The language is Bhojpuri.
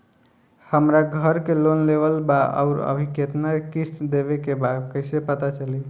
हमरा घर के लोन लेवल बा आउर अभी केतना किश्त देवे के बा कैसे पता चली?